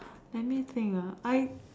let me think I